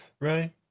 right